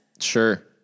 Sure